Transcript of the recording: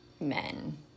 men